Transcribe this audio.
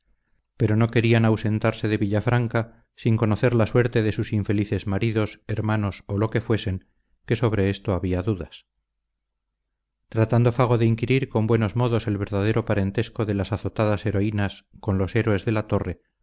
pero no querían ausentarse de villafranca sin conocer la suerte de sus infelices maridos hermanos o lo que fuesen que sobre esto había dudas tratando fago de inquirir con buenos modos el verdadero parentesco de las azotadas heroínas con los héroes de la torre